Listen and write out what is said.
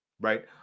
right